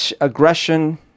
aggression